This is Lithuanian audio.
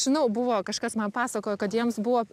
žinau buvo kažkas man pasakojo kad jiems buvo